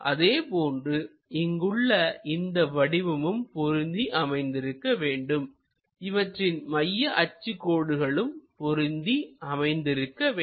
அதே போன்று இங்குள்ள இந்த வடிவமும் பொருந்தி அமைந்திருக்க வேண்டும் இவற்றின் மைய அச்சு கோடுகளும் பொருந்தி அமைந்திருக்க வேண்டும்